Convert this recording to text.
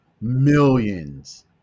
millions